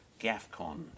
GAFCON